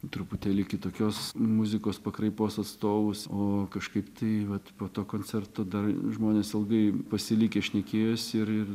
truputėlį kitokios muzikos pakraipos atstovus o kažkaip tai vat po to koncerto dar žmonės ilgai pasilikę šnekėjosi ir